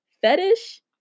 fetish